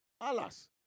Alas